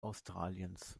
australiens